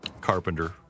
Carpenter